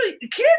kids